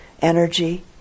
energy